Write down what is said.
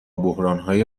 بحرانهای